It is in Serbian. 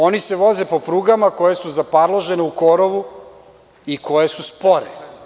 Oni se voze po prugama koje su zaparložene u korovu i koje su spore.